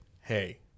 hey